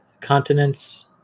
continents